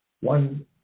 one